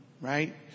Right